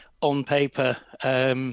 on-paper